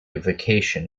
vacation